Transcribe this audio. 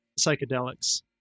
psychedelics